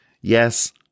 Yes